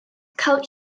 cael